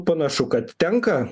panašu kad tenka